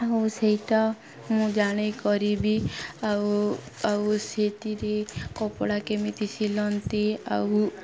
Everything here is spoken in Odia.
ଆଉ ସେଇଟା ମୁଁ ଜାଣେ କରିବି ଆଉ ଆଉ ସେଥିରେ କପଡ଼ା କେମିତି ସିଲନ୍ତି ଆଉ